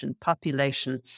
population